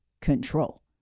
control